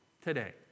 today